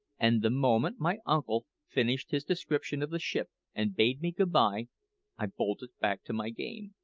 and the moment my uncle finished his description of the ship and bade me good-bye i bolted back to my game,